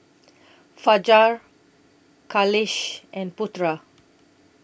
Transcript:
Fajar Khalish and Putra